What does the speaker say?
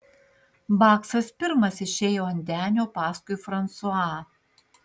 baksas pirmas išėjo ant denio paskui fransuą